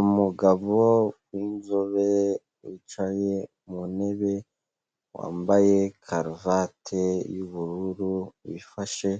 Umugabo w'inzobe wicaye mu ntebe, wambaye karuvate y'ubururu wifashe